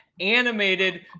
animated